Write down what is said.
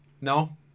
No